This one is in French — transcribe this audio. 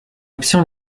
option